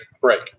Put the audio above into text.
Break